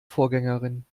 vorgängerin